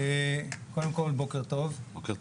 בוקר טוב.